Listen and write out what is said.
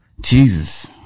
Jesus